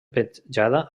petjada